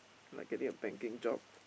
like getting a banking job